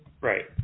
Right